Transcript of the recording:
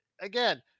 Again